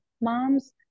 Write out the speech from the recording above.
moms